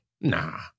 Nah